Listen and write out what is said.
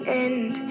end